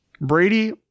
Brady